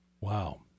Wow